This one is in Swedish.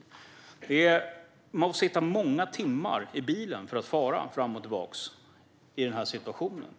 I den situationen får man sitta många timmar i bilen och fara fram och tillbaka.